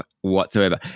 whatsoever